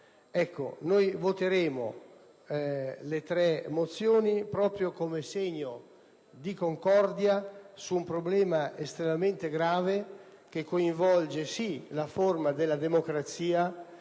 a favore delle tre mozioni proprio come segno di concordia su un problema estremamente grave, che coinvolge sì la forma della democrazia,